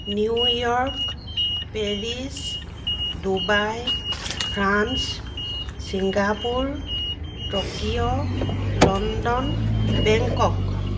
New York Paris Dubai France Singapore Tokyo London Bangkok